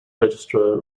registrar